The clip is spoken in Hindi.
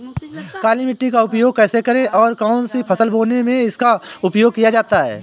काली मिट्टी का उपयोग कैसे करें और कौन सी फसल बोने में इसका उपयोग किया जाता है?